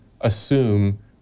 assume